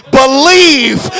believe